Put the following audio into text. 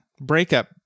breakup